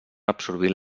absorbint